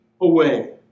away